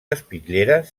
espitlleres